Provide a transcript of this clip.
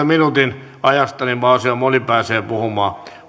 minuutin ajasta niin että mahdollisimman moni pääsee puhumaan